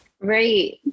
Right